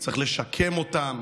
צריך לשקם אותם,